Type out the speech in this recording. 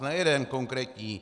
Ne jeden konkrétní.